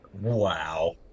Wow